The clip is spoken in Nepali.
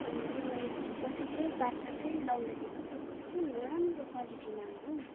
अनि त्यो मैले धुएपछि चाहिँ बादमा फेरि लाउँदाखेरि चाहिँ फेरि कस्तो नराम्रो क्वालिटीमा आयो हौ